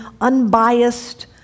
unbiased